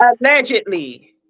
Allegedly